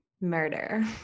Murder